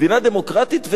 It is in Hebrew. מדינה דמוקרטית,